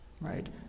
right